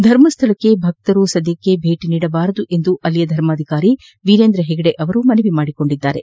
ಧರ್ಮಸ್ಥಳಕ್ಕೆ ಭಕ್ತಾದಿಗಳು ಸದ್ಯಕ್ಕೆ ಭೇಟಿ ನೀಡಬಾರದು ಎಂದು ಅಲ್ಲಿನ ಧರ್ಮಾಧಿಕಾರಿ ವೀರೇಂದ್ರ ಹೆಗ್ಗಡೆ ಮನವಿ ಮಾಡಿಕೊಂಡಿದ್ದಾರೆ